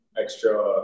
extra